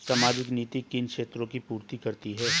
सामाजिक नीति किन क्षेत्रों की पूर्ति करती है?